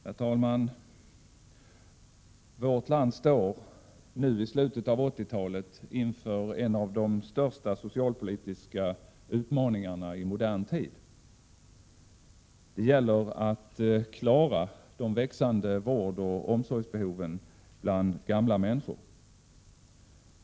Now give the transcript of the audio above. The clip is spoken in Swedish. Herr talman! Vårt land står nu i slutet av 1980-talet inför en av de största socialpolitiska utmaningarna i modern tid. Det gäller att klara de växande vårdoch omsorgsbehoven bland gamla människor.